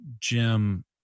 Jim